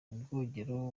ubwogero